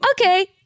okay